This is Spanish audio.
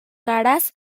caras